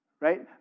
right